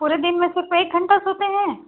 पूरे दिन में सिर्फ एक घन्टा सोते हैं